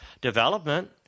development